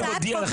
אני מודיע לך,